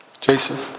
Jason